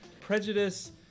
prejudice